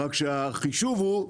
רק שהחישוב הוא: